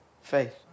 faith